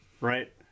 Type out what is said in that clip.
right